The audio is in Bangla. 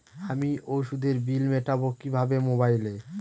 আমি ওষুধের বিল মেটাব কিভাবে মোবাইলে?